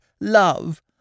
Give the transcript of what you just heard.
love